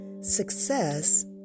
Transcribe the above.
Success